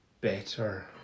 Better